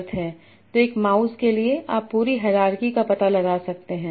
तो एक माउस के लिए आप पूरी हायरार्की का पता लगा सकते हैं